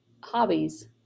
hobbies